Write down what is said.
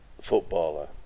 footballer